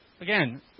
again